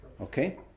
Okay